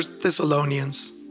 Thessalonians